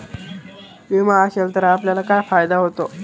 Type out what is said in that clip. विमा असेल तर आपल्याला काय फायदा होतो?